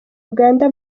uganda